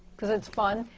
cause it's fun.